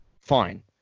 Fine